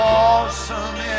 awesome